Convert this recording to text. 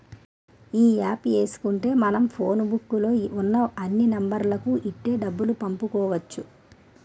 ఈ యాప్ ఏసుకుంటే మనం ఫోన్ బుక్కు లో ఉన్న అన్ని నెంబర్లకు ఇట్టే డబ్బులు పంపుకోవచ్చు